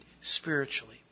spiritually